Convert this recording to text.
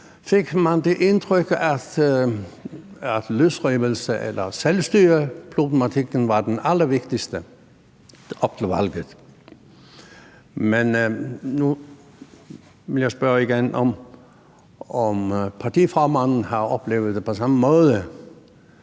fik det indtryk, at løsrivelses- eller selvstyreproblematikken var den allervigtigste. Men nu vil jeg spørge igen, om partiformanden har oplevet det på samme måde.